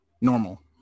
normal